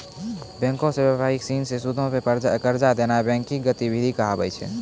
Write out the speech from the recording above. बैंको से व्यापारी सिनी के सूदो पे कर्जा देनाय बैंकिंग गतिविधि कहाबै छै